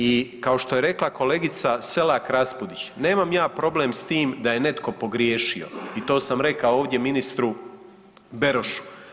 I kao što je rekla kolegica Selak Raspudić, nemam ja problem sa tim da je netko pogriješio i to sam ja rekao ovdje ministru Berošu.